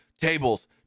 tables